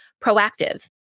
proactive